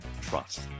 trust